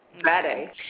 Ready